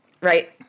right